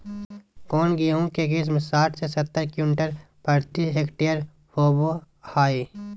कौन गेंहू के किस्म साठ से सत्तर क्विंटल प्रति हेक्टेयर होबो हाय?